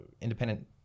independent